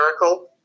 miracle